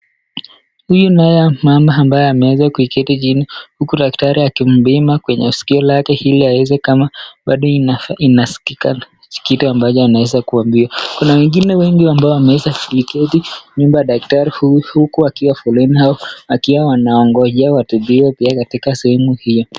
Huyu naye mama ambaye ameweza kuketi chini huku datrari akimpima kwenye sikio lake iliaweze kama bado inaskikanga, kitu ambacho anaweza kuaambiwa. Kuna wengine wengi ambao wameweza kuiketi, nyuma ya dakrati huu huku wakiwa foleni hao wakiwa wanangojea watibiwe pia katika sehemu hiyo.